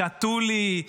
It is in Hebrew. שתו לי,